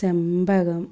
ചെമ്പകം